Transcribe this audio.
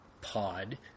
pod